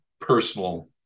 personal